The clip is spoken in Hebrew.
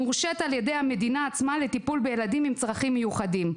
מורשית על ידי המדינה עצמה לטיפול בילדים עם צרכים מיוחדים.